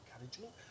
encouragement